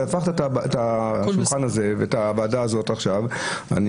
אתה הפכת את השולחן הזה ואת הוועדה הזאת עכשיו --- הכל בסדר.